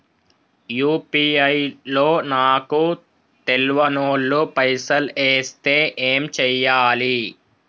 UPI లో నాకు తెల్వనోళ్లు పైసల్ ఎస్తే ఏం చేయాలి?